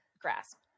grasp